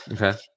Okay